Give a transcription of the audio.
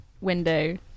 window